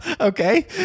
Okay